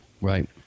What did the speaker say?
Right